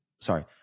sorry